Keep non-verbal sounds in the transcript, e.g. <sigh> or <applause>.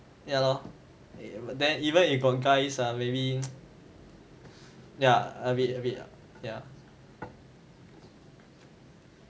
ya lor then even if got guys ah maybe <noise> ya bit a bit lah ya